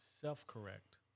self-correct